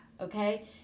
okay